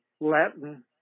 Latin